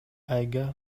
айга